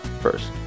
first